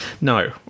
No